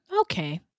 Okay